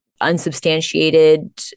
unsubstantiated